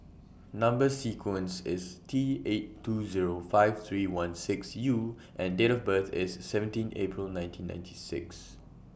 Number sequence IS T eight two Zero five three one six U and Date of birth IS seventeen April nineteen ninety six